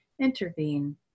intervene